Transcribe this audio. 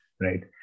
right